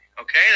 Okay